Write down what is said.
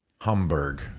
Hamburg